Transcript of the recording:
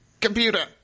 Computer